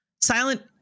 Silent